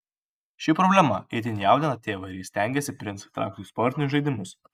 ši problema itin jaudina tėvą ir jis stengiasi princą įtraukti į sportinius žaidimus